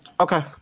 Okay